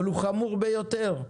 אבל הוא חמור ביותר.